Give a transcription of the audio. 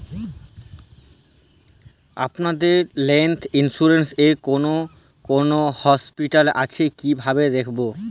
আপনাদের health insurance এ কোন কোন হসপিটাল আছে কিভাবে দেখবো?